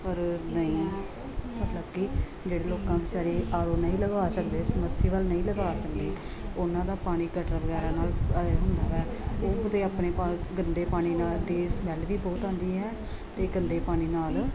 ਪਰ ਨਹੀ ਮਤਲਬ ਕਿ ਜਿਹੜੇ ਲੋਕ ਵਿਚਾਰੇ ਆਰ ਓ ਨਹੀਂ ਲਗਵਾ ਸਕਦੇ ਸਮਸਰੀਵੱਲ ਨਹੀਂ ਲਗਵਾ ਸਕਦੇ ਉਹਨਾਂ ਦਾ ਗੰਦੇ ਪਾਣੀ ਕਟਰ ਵਗੈਰਾ ਨਾਲ ਅ ਹੁੰਦਾ ਵਾ ਉਹਦੇ ਆਪਣੇ ਗੰਦੇ ਪਾਣੀ ਨਾਲ ਦੇ ਸਮੈਲ ਵੀ ਬਹੁਤ ਆਉਂਦੀ ਹੈ ਅਤੇ ਗੰਦੇ ਪਾਣੀ ਨਾਲ